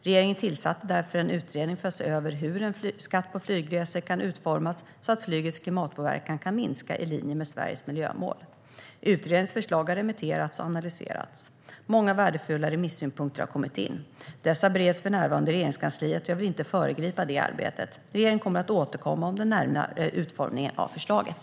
Regeringen tillsatte därför en utredning för att se över hur en skatt på flygresor kan utformas, så att flygets klimatpåverkan kan minska i linje med Sveriges miljömål. Utredningens förslag har remitterats och analyserats. Många värdefulla remissynpunkter har kommit in. Dessa bereds för närvarande i Regeringskansliet, och jag vill inte föregripa det arbetet. Regeringen kommer att återkomma om den närmare utformningen av förslaget.